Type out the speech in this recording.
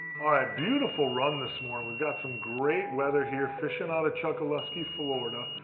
beautiful run this morning. we've got some great weather here. fishing out of chokoloskee, florida.